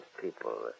people